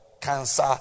cancer